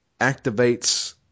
activates